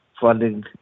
funding